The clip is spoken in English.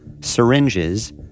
syringes